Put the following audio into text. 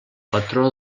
patró